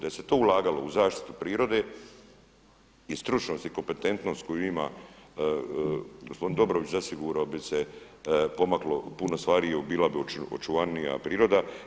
Da se to ulagalo u zaštitu prirode i stručnost i kompetentnost koju ima gospodin Dobrović zasigurno bi se pomaklo puno stvari i bila bi očuvanija priroda.